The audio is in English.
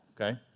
okay